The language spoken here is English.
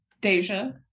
Deja